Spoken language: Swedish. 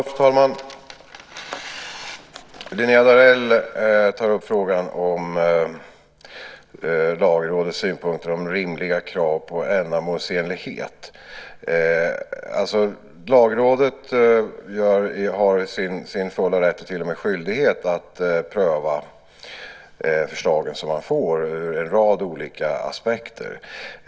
Fru talman! Linnéa Darell tar upp frågan om Lagrådets synpunkter om rimliga krav på ändamålsenlighet. Lagrådet har sin fulla rätt och till och med skyldighet att pröva de förslag som man får ur en rad olika aspekter.